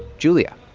julia,